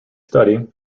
study